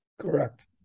Correct